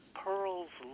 pearls